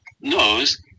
knows